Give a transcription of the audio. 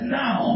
now